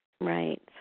Right